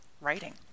writing